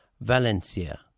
Valencia